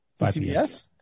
CBS